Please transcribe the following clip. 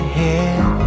head